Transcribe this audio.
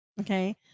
okay